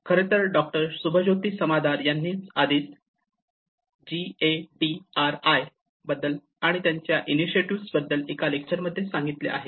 खरेतर डॉक्टर शुभज्योती समादार यांनी आधीच जी ऍ डी आर आय बद्दल आणि त्याच्या इनीतिअतिवेस बद्दल त्यांच्या एका लेक्चर मध्ये सांगितले आहे